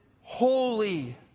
holy